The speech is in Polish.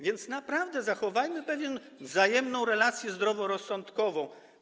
Więc naprawdę zachowajmy wzajemną relację zdroworozsądkową.